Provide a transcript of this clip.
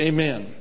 Amen